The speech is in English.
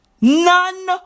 None